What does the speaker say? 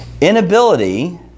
inability